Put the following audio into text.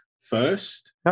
first